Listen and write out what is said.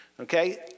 Okay